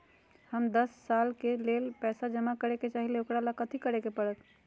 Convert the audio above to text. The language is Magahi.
हम दस साल के लेल पैसा जमा करे के चाहईले, ओकरा ला कथि करे के परत?